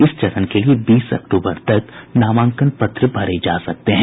इस चरण के लिए बीस अक्टूबर तक नामांकन पत्र भरे जा सकते हैं